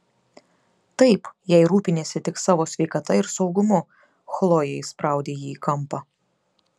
taip jei rūpiniesi tik savo sveikata ir saugumu chlojė įspraudė jį į kampą